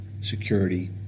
security